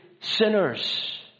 sinners